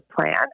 plan